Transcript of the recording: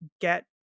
get